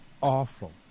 awful